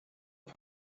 bei